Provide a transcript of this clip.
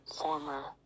former